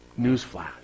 newsflash